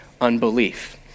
unbelief